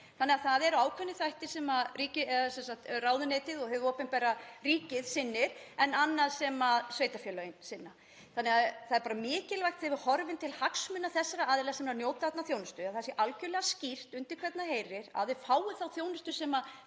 þannig að það eru ákveðnir þættir sem ráðuneytið og hið opinbera, ríkið, sinnir en annað sem sveitarfélögin sinna. Það er bara mikilvægt þegar við horfum til hagsmuna þessara aðila sem eru að njóta þarna þjónustu að það sé algjörlega skýrt undir hvern það heyrir að þau fái þá þjónustu sem þau